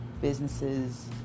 businesses